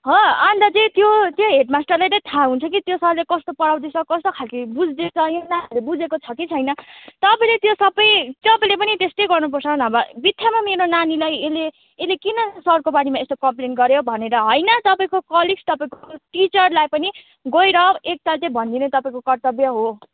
हो अन्त चाहिँ त्यो त्यो हेडमास्टरलाई त थाहा हुन्छ कि त्यो सरले कस्तो पढाउँदैछ कस्तो खालके बुझ्दैछ यो नानीले बुझेको छ कि छैन तपाईँले त्यो सबै तपाईँले पनि त्यस्तै गर्नुपर्छ नभए बित्थामा मेरो नानीलाई यसले यसले किन सरको बारेमा यस्तो कम्प्लेन गर्यो भनेर होइन तपाईँको कलिग्स तपाईँको टिचरलाई पनि गएर एकताल चाहिँ भनिदिने तपाईँको कर्तव्य हो